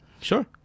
sure